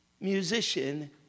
musician